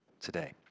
today